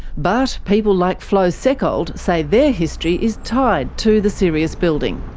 but people like flo seckold say their history is tied to the sirius building.